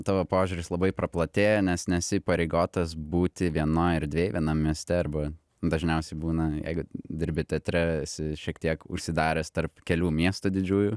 tavo požiūris labai praplatėja nes nesi įpareigotas būti vienoj erdvėj vienam mieste arba dažniausiai būna jeigu dirbi teatre esi šiek tiek užsidaręs tarp kelių miestų didžiųjų